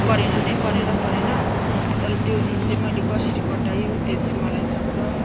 परेन भने परेन परेन तर त्यो दिन चाहिँ मैले कसरी कटाएँ त्यो चाहिँ मलाई थाहा छ